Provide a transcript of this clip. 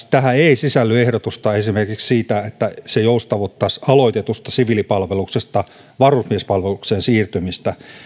tähän ei esimerkiksi sisälly ehdotusta siitä että joustavoitettaisiin aloitetusta siviilipalveluksesta varusmiespalvelukseen siirtymistä